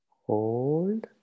hold